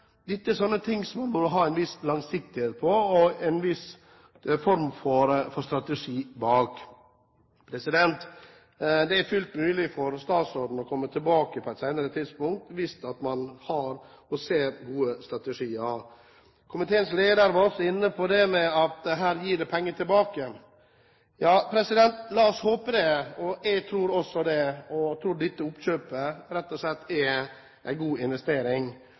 Dette er slike ting som man må ha en viss langsiktighet på og en viss form for strategi bak. Det er fullt mulig for statsråden å komme tilbake på et senere tidspunkt hvis man har – og ser – gode strategier. Komiteens leder var også inne på at dette gir penger tilbake. Ja, la oss håpe det – og jeg tror også det. Jeg tror dette oppkjøpet rett og slett er en god investering.